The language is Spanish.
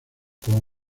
como